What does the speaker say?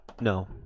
No